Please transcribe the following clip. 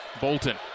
Bolton